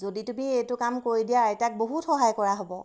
যদি তুমি এইটো কাম কৰি দিয়া আইতাক বহুত সহায় কৰা হ'ব